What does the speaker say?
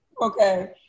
okay